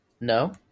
No